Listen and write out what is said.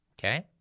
Okay